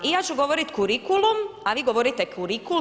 I ja ću govoriti kurikulum, a vi govorite kurikul.